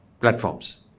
platforms